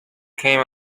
came